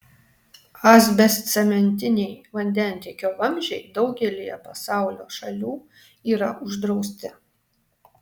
asbestcementiniai vandentiekio vamzdžiai daugelyje pasaulio šalių yra uždrausti